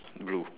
blue